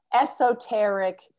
esoteric